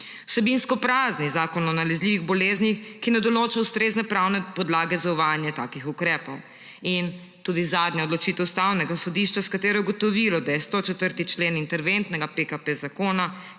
vsebinsko prazen Zakon o nalezljivih bolezni, ki ne določa ustrezne pravne podlage za uvajanje takih ukrepov, in tudi zadnja odločitev Ustavnega sodišča, s katero je ugotovilo, da je 104. člen interventnega zakona